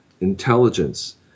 intelligence